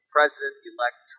President-elect